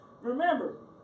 Remember